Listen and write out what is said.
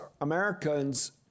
Americans